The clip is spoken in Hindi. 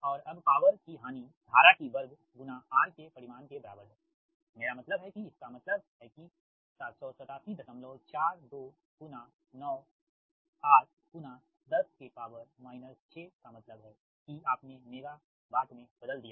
और अब पॉवर कि हानि धारा की वर्ग गुणा R के परिमाण के बराबर है मेरा मतलब है कि इसका मतलब यह है कि 78742 9 R 10 6 का मतलब है कि आपने मेगावाट में बदल दिया है